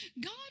God